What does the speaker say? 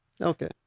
Okay